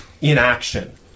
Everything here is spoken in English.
inaction